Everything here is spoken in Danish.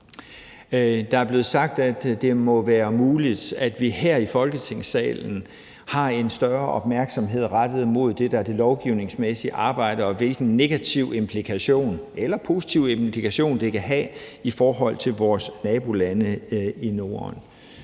Der er blevet sagt, at det må være muligt, at vi her i Folketingssalen har en større opmærksomhed rettet mod det, der er det lovgivningsmæssige arbejde, og hvilken negativ implikation eller positiv implikation det kan have i forhold til vores nabolande i Norden.